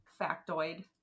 factoid